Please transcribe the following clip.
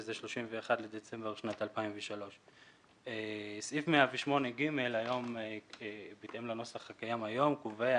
שזה ה-31 בדצמבר שנת 2003. סעיף 108ג בהתאם לנוסח הקיים היום קובע